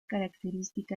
característica